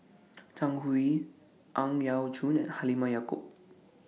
Zhang Hui Ang Yau Choon and Halimah Yacob